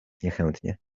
niechętnie